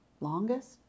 longest